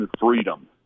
freedom